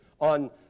on